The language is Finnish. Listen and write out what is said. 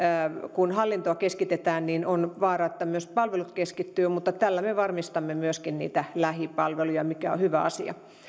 kun hallintoa keskitetään niin on vaara että myös palvelut keskittyvät mutta tällä me varmistamme myöskin niitä lähipalveluja mikä on hyvä asia